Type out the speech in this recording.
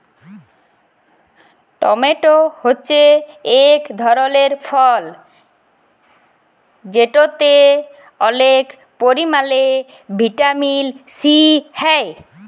tomato হছে ইক ধরলের ফল যেটতে অলেক পরিমালে ভিটামিল সি হ্যয়